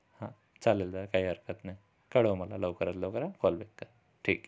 हं चालेल दादा काही हरकत नाही कळव मला लवकरात लवकर अ कॉल बॅक कर ठीक